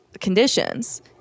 conditions